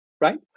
Right